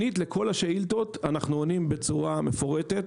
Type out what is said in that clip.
שנית, לכל השאילתות אנחנו עונים בצורה מפורטת.